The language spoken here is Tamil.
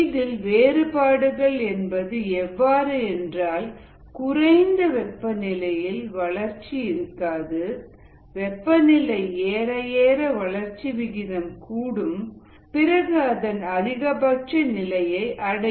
இதில் வேறுபாடுகள் என்பது எவ்வாறு என்றால் குறைந்த வெப்பநிலையில் வளர்ச்சி இருக்காது வெப்பநிலை ஏற ஏற வளர்ச்சி விகிதம் கூடும் பிறகு அதன் அதிகபட்ச நிலையை அடையும்